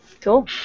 Cool